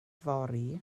fory